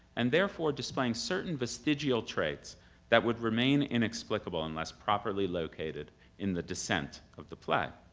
and therefore displaying certain vestigial traits that would remain inexplicable unless properly located in the descent of the play.